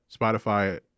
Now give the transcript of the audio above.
Spotify